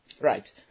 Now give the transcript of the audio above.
right